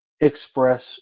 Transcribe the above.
express